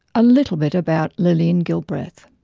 a little bit about lillian gilbreth.